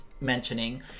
mentioning